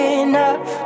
enough